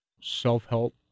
self-help